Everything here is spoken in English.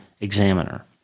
examiner